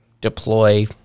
deploy